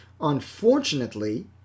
Unfortunately